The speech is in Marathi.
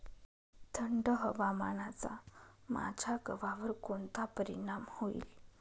थंड हवामानाचा माझ्या गव्हावर कोणता परिणाम होईल?